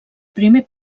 primer